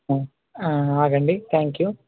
ఆగండి thank you